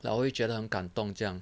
然后我觉得很感动这样